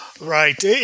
Right